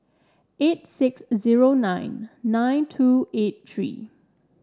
eight six zero nine nine two eight three